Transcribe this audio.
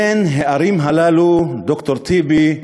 בין הערים הללו, ד"ר טיבי,